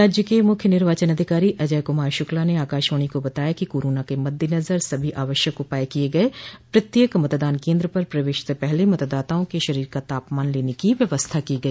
राज्य के मुख्य निर्वाचन अधिकारी अजय कुमार शुक्ला ने आकाशवाणी को बताया कि कोरोना के मद्देनजर सभो आवश्ययक उपाय किए गए प्रत्येक मतदान केन्द्र पर प्रवेश से पहले मतदाताओं के शरीर का तापमान लेने की व्यवस्था की गई